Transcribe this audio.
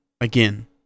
again